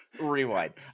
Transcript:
Rewind